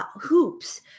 Hoops